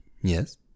yes